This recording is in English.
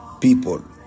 people